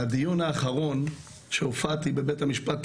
הדיון האחרון שהופעתי בבית המשפט העליון,